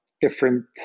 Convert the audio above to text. different